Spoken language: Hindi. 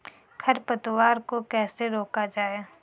खरपतवार को कैसे रोका जाए?